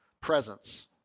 presence